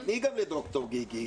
תתני גם לד"ר גיגי.